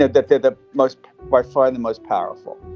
that they're the most by far the most powerful.